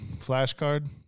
flashcard